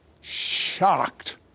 shocked